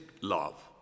love